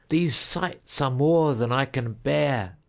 these sights are more than i can bear.